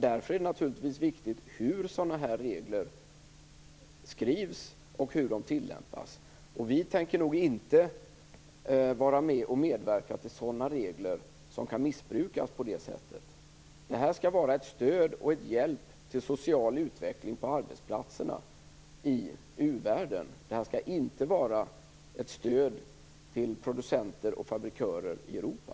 Därför är det naturligtvis viktigt hur sådana här regler skrivs och hur de tillämpas. Vi tänker nog inte medverka till regler som kan missbrukas. De skall vara ett stöd och en hjälp till social utveckling på arbetsplatserna i u-världen. De skall inte vara ett stöd till producenter och fabrikörer i Europa.